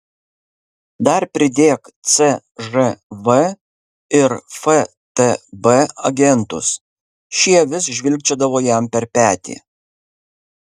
dar pridėk cžv ir ftb agentus šie vis žvilgčiodavo jam per petį